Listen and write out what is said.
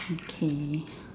okay